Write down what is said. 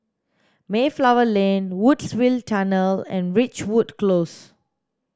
Mayflower Lane Woodsville Tunnel and Ridgewood Close